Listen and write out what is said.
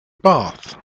bath